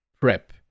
PREP